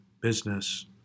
business